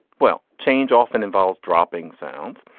well, change often involves dropping sounds.